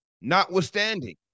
Notwithstanding